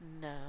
no